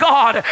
God